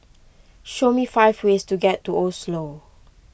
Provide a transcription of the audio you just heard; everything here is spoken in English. show me five ways to get to Oslo